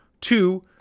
Two